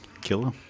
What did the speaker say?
killer